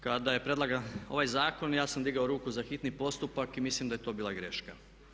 Kada je predlagan ovaj zakon ja sam digao ruku za hitni postupak i mislim da je to bila greška.